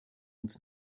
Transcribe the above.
uns